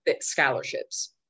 scholarships